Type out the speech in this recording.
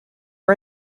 are